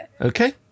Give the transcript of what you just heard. Okay